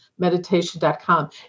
meditation.com